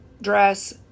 dress